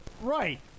Right